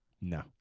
No